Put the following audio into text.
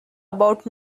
about